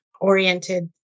oriented